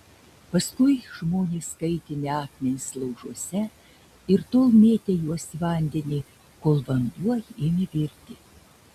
paskui žmonės kaitinę akmenis laužuose ir tol mėtę juos į vandenį kol vanduo ėmė virti